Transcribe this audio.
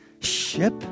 ship